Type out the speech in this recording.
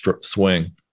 swing